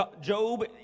Job